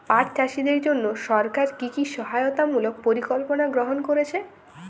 পাট চাষীদের জন্য সরকার কি কি সহায়তামূলক পরিকল্পনা গ্রহণ করেছে?